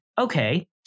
okay